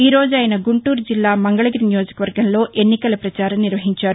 ఈ రోజు ఆయన గుంటూరు జిల్లా మంగళగిరి నియోజకవర్గంలో ఎన్నికల ప్రచారం నిర్వహించారు